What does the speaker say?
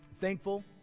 thankful